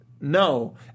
no